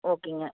ஓகேங்க